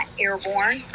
airborne